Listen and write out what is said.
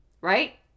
right